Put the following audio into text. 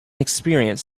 experience